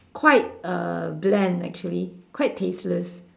quite uh bland actually quite tasteless